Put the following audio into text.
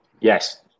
Yes